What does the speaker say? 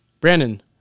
Brandon